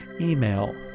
Email